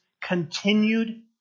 continued